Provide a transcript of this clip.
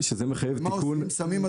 מה עושים?